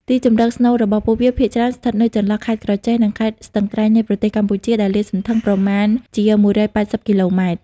ទីជម្រកស្នូលរបស់ពួកវាភាគច្រើនស្ថិតនៅចន្លោះ ខេត្តក្រចេះ និង ខេត្តស្ទឹងត្រែង នៃប្រទេសកម្ពុជា ដែលលាតសន្ធឹងប្រមាណជា ១៨០ គីឡូម៉ែត្រ។